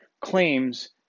claims